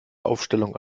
aufstellung